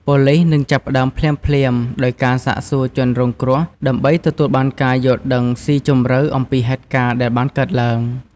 ប៉ូលិសនឹងចាប់ផ្តើមភ្លាមៗដោយការ សាកសួរជនរងគ្រោះ ដើម្បីទទួលបានការយល់ដឹងស៊ីជម្រៅអំពីហេតុការណ៍ដែលបានកើតឡើង។